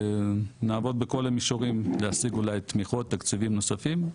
נעבוד בכל המישורים כדי להשיג תמיכות ותקציבים נוספים.